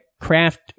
craft